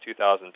2002